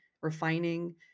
refining